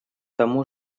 тому